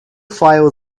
file